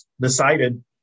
decided